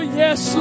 yes